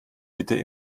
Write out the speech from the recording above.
bitte